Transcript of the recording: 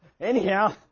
Anyhow